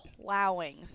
plowing